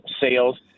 sales